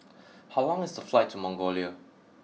how long is the flight to Mongolia